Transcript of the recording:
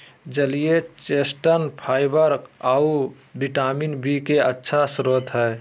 जलीय chestnut fibre आऊ vitamin B के अच्छा स्रोत हइ